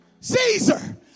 Caesar